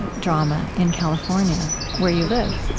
drama in california where you live.